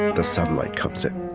the sunlight comes in